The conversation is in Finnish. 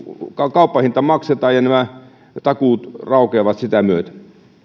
kauppahinta maksetaan ja nämä takuut raukeavat sitä myöten